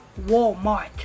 Walmart